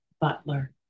Butler